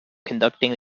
conducting